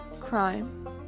crime